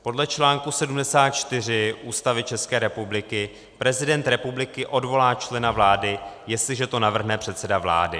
Podle článku 74 Ústavy České republiky prezident republiky odvolá člena vlády, jestliže to navrhne předseda vlády.